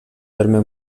terme